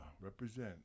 Represent